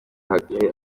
kagari